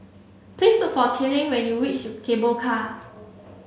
please look for Kayleigh when you reach Cable Car